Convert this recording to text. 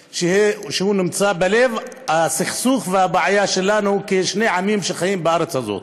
שנמצא בלב הסכסוך והבעיה שלנו כשני עמים שחיים בארץ הזאת.